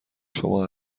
شما